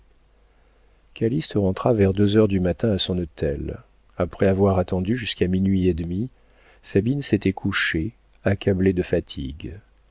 rentra vers deux heures du matin à son hôtel après avoir attendu jusqu'à minuit et demi sabine s'était couchée accablée de fatigue